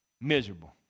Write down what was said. Miserable